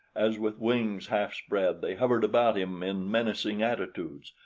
as with wings half spread they hovered about him in menacing attitudes,